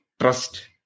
trust